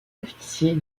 officier